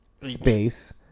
space